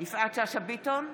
יפעת שאשא ביטון,